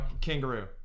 Kangaroo